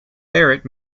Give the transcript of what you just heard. barrett